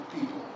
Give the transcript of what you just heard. people